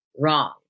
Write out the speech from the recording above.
wrong